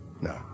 no